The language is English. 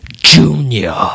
Junior